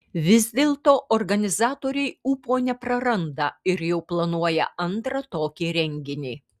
vis dėlto organizatoriai ūpo nepraranda ir jau planuoja antrą tokį renginį